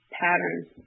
patterns